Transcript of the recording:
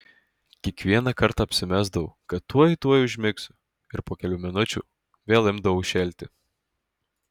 kiekvieną kartą apsimesdavau kad tuoj tuoj užmigsiu ir po kelių minučių vėl imdavau šėlti